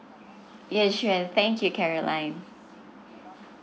yes sure and thank you caroline